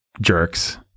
jerks